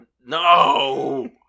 No